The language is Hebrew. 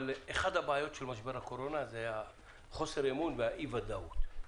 אבל אחת הבעיות של משבר הקורונה זה חוסר האמון ואי הוודאות,